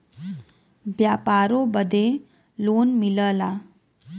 व्यापारों बदे लोन मिलला